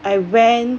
I went